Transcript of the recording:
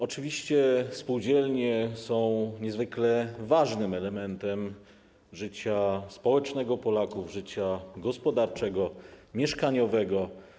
Oczywiście spółdzielnie są niezwykle ważnym elementem życia społecznego Polaków, życia gospodarczego, mieszkaniowego.